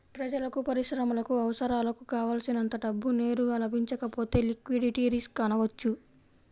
ప్రజలకు, పరిశ్రమలకు అవసరాలకు కావల్సినంత డబ్బు నేరుగా లభించకపోతే లిక్విడిటీ రిస్క్ అనవచ్చు